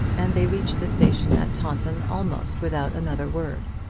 and they reached the station at taunton almost without another word.